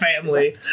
Family